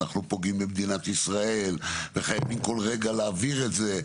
ואנחנו לא פוגעים במדינת ישראל וחייבים כל רגע להעביר את זה.